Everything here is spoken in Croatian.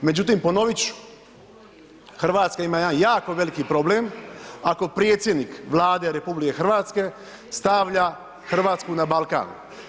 Međutim, ponovit ću, Hrvatska ima jedan jako veliki problem ako predsjednik Vlade RH stavlja Hrvatsku na Balkan.